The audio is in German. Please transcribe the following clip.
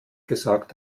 gesagt